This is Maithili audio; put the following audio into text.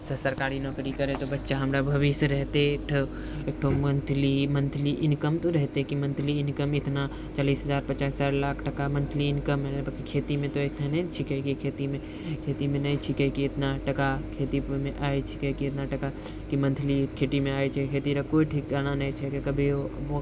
सरकारी नौकरी करै तऽ बच्चारे हमरा भविष्य रहते तऽ एगो मन्थली इनकम तऽ रहते मन्थली इनकम इतना चालीस हजार पचास हजार लाख टका मन्थली इनकम रहते खेतीमे तऽ इतना नहि छिके कि खेतीमे नहि छिके कि इतना टका खेतीमे आये छिके कि खेतीमे इतना टका मन्थली खेतीमे आये छै खेतीरे कोइ ठिकाना नहि छै कि कभी ओ